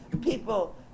people